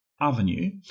Avenue